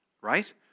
Right